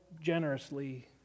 generously